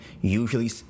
usually